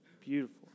beautiful